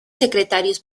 secretarios